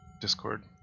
Discord